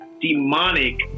demonic